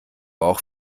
auch